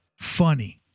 funny